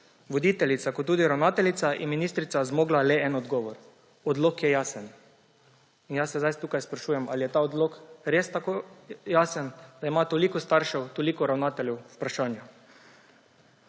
voditeljica kot tudi ravnateljica, je ministrica zmogla le en odgovor: odlok je jasen. In jaz se zdaj tukaj sprašujem, ali je ta odlok res tako jasen, če ima toliko staršev, toliko ravnateljev vprašanja.